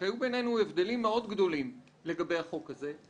שהיו בינינו הבדלים מאוד גדולים לגבי החוק הזה,